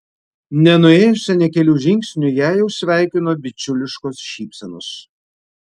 nenuėjusią nė kelių žingsnių ją jau sveikino bičiuliškos šypsenos